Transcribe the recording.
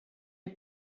est